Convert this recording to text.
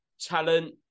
talent